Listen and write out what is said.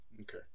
okay